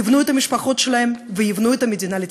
יבנו את המשפחות שלהם ויבנו את המדינה לתפארת.